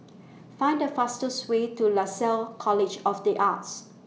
Find The fastest Way to Lasalle College of The Arts